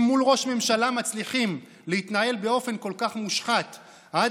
אם מול ראש ממשלה מצליחים להתנהל באופן כל כך מושחת עד